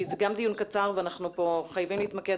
כי זה גם דיון קצר ואנחנו חייבים להתמקד